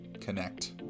connect